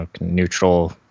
neutral